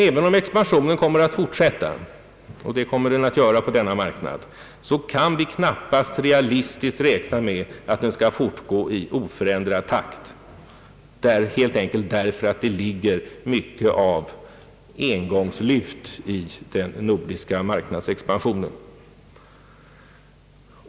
Även om expansionen kommer att fortsätta — och det kommer den att göra på denna marknad — kan vi knappast realistiskt räkna med att den skall fortgå i oförändrad takt, helt enkelt därför att det ligger mycket av engångslyft i den nordiska marknadsexpansionen.